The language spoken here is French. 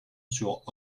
sur